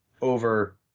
over